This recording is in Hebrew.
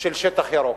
של שטח ירוק.